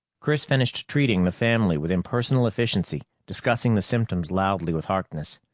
chris finished treating the family with impersonal efficiency, discussing the symptoms loudly with harkness.